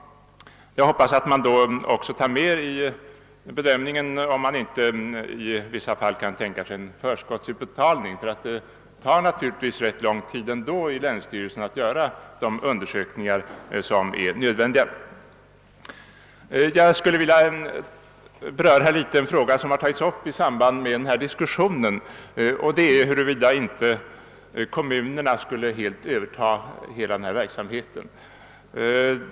Jag hoppas att man då också överväger huruvida det inte i vissa fall kan ske en förskottsutbetalning, eftersom det ju ändå tar ganska lång tid att i länsstyrelserna göra de undersökningar som är nödvändiga. Sedan vill jag något beröra en annan fråga som också diskuterats i detta sammanhang, nämligen om inte kommunerna skulle överta hela verksamheten.